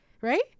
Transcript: Right